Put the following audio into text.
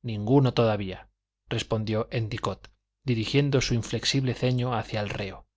ninguno todavía respondió éndicott dirigiendo su inflexible ceño hacia el reo